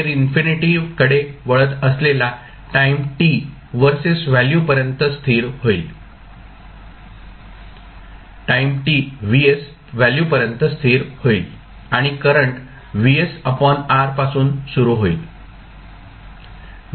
हे इन्फिनिटी कडे वळत असलेला टाईम t vs व्हॅल्यू पर्यंत स्थिर होईल आणि करंट Vs R पासून सुरू होईल